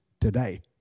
today